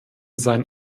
seinen